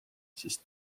sest